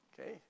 Okay